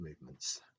movements